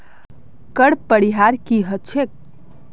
कर परिहार की ह छेक